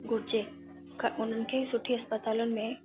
घुरिजे ख उन्हनि खे सुठी अस्पतालुनि में